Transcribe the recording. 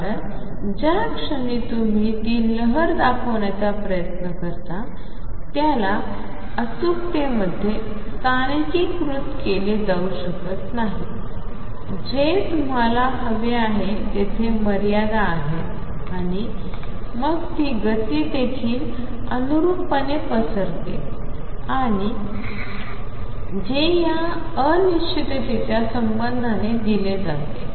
कारण ज्या क्षणी तुम्ही ती लहर दाखवण्याचा प्रयत्न करता त्याला अचूकतेमध्ये स्थानिकीकृत केले जाऊ शकत नाही जे तुम्हाला हवे आहे तेथे मर्यादा आहेत आणि मग गती देखील अनुरूपपणे पसरते आणि जे या अनिश्चिततेच्या संबंधाने दिले जाते